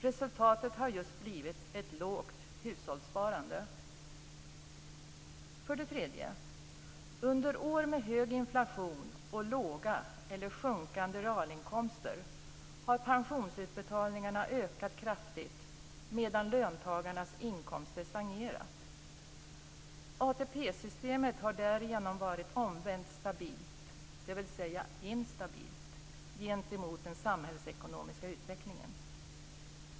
Resultatet har just blivit ett lågt hushållssparande. 3. Under år med hög inflation och låga eller sjunkande realinkomster har pensionsutbetalningarna ökat kraftigt medan löntagarnas inkomster stagnerat. ATP-systemet har därigenom varit omvänt stabilt, dvs. instabilt, gentemot den samhällsekonomiska utvecklingen.